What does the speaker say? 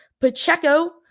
Pacheco